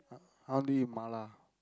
I want to eat Mala